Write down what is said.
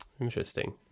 Interesting